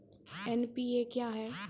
NPA क्या हैं?